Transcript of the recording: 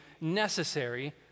necessary